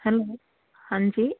hello ਹਾਂਜੀ